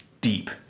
deep